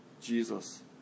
Jesus